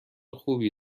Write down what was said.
خوبی